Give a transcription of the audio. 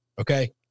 Okay